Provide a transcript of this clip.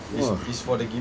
!wah!